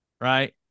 Right